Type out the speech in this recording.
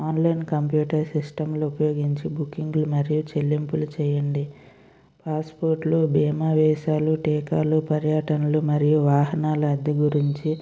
online computer సిస్టంలు ఉపయోగించి బుకింగ్లు మరియు చెల్లింపులు చేయండి పాస్పోర్ట్లు బీమా వీసాలు టీకాలు పర్యటనలు మరియు వాహనాల అద్దె గురించి